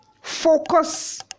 focus